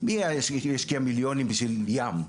מי ישקיע מיליונים בשביל ים,